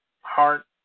heart